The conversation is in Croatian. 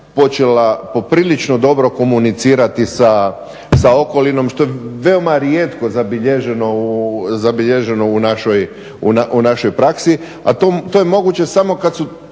počela poprilično dobro komunicirati sa okolinom što je veoma rijetko zabilježeno u našoj praksi, a to je moguće samo kad su